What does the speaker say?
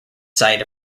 sight